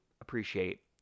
appreciate